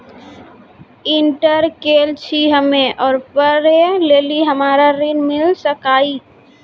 Inter केल छी हम्मे और पढ़े लेली हमरा ऋण मिल सकाई?